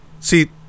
see